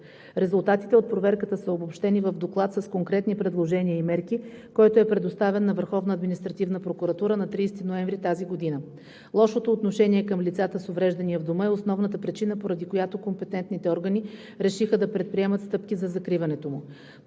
Резултатите от проверката са обобщени в доклад с конкретни предложения и мерки, който е предоставен на Върховна административна прокуратура на 30 ноември тази година. Лошото отношение към лицата с увреждания в Дома е основната причина, поради която компетентните органи решиха да предприемат стъпки за закриването му.